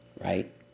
right